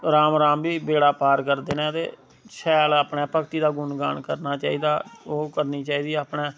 राम राम बी बेड़ा पार करदे नै ते शैल अपने भक्ति दा गुणगान करना चाङिदा ओह् करनी चाहिदी अपने